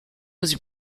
was